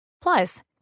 Plus